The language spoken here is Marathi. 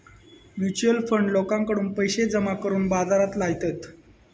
म्युच्युअल फंड लोकांकडून पैशे जमा करून बाजारात लायतत